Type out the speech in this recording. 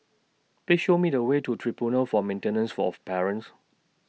Please Show Me The Way to Tribunal For Maintenance of Parents